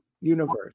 universe